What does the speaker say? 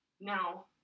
now